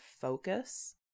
focus